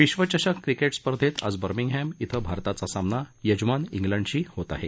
विश्वचषक क्रिकेट स्पर्धेत आज बर्मीगहॅम क्रं भारताचा सामना यजमान उलंडशी होत आहे